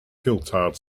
coulthard